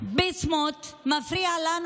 ביסמוט מפריע לנו.